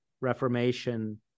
reformation